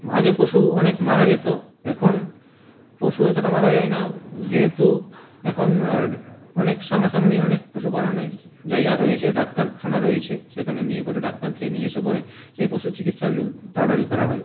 আগে পশু অনেক মারা যেত এখন পশু অতোটা মারা যায় না যেহেতু এখন অনেক সামনা সামনি অনেক পশুপালনের জায়গা রয়েছে ডাক্তারখানা রয়েছে সেখানে নিয়ে পড়ে ডাক্তারকে নিয়ে এসে পড়ে সেই পশু চিকিৎসা জল তাড়াতাড়ি করা হয়